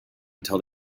until